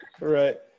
right